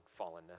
fallenness